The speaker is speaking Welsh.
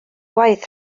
gwaith